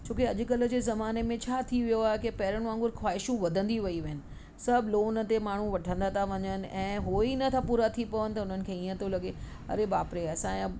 छो के अॼुकल्ह जे ज़माने में छा थी वियो आहे के पेरनि वागुंर ख़्वाहिशूं वधंदी वेयूं आहिनि सभु लोन ते माण्हू वठंदा था वञनि ऐं उहा ई नथा पूरा थी पवनि त हुननि खे ईअं थो लॻे अड़े बाप रे असांजा